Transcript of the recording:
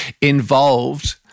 involved